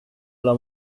alla